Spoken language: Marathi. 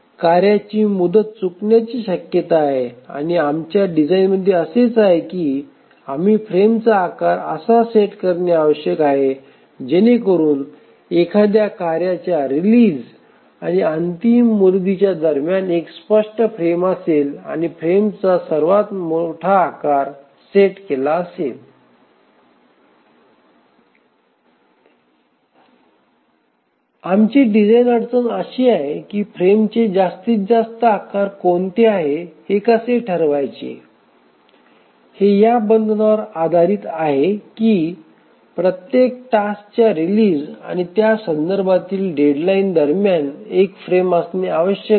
कार्याची मुदत चुकण्याची शक्यता आहे आणि आमच्या डिझाइनमध्ये असेच आहे की आम्ही फ्रेमचा आकार असा सेट करणे आवश्यक आहे जेणेकरून एखाद्या कार्याच्या रिलीज आणि अंतिम मुदतीच्या दरम्यान एक स्पष्ट फ्रेम असेल आणि फ्रेमचा सर्वात मोठा आकार सेट केला असेल आमची डिझाईन अडचण अशी आहे की फ्रेमचे जास्तीत जास्त आकार कोणते आहे हे कसे ठरवायचे हे या बंधनावर आधारित आहे की प्रत्येक टास्कच्या रिलीज आणि त्यासंदर्भातील डेडलाईन दरम्यान एक फ्रेम असणे आवश्यक आहे